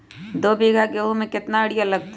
दो बीघा गेंहू में केतना यूरिया लगतै?